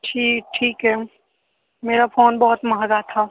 ठी ठीक है मेरा फ़ोन बहुत महंगा था